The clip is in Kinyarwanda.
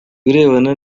birebana